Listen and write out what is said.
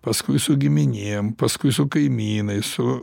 paskui su giminėm paskui su kaimynais su